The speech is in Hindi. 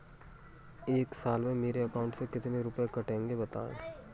एक साल में मेरे अकाउंट से कितने रुपये कटेंगे बताएँ?